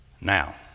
Now